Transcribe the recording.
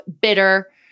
bitter